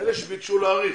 אלה שביקשו להאריך,